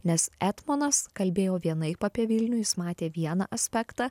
nes etmonas kalbėjo vienaip apie vilnių jis matė vieną aspektą